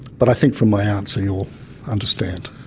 but i think from my answer you'll understand.